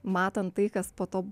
matant tai kas po to